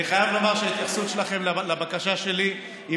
חייב לומר שההתייחסות שלכם לבקשה שלי היא